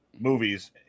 Movies